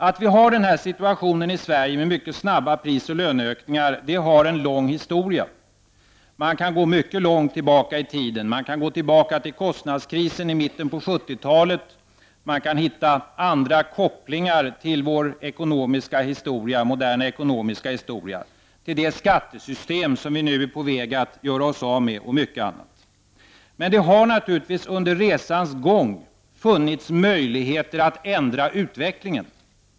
Att vi har den här situationen i Sverige — med mycket snabba prisoch löneökningar — har en lång historia. Man kan gå mycket långt tillbaka i tiden. Man kan gå till kostnadskrisen i mitten av 70-talet, och man kan hitta andra kopplingar till vår moderna ekonomiska historia — till det skattesystem som vi nu är på väg att göra oss av med, och mycket annat. Men det har naturligtvis under resans gång funnits möjligheter att ändra utvecklingen.